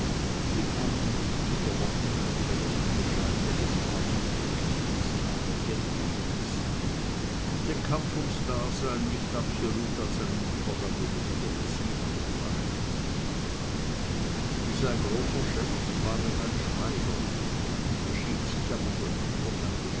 in allen nicht zu verlockenden fällen ein bescheidenes maß von rücksichtnahme gelten ließ und den kampf ums dasein nicht absolut als einen übergang über die beresina betrachtete wie sein großer chef war er ein schweiger unterschied sich aber von ihm durch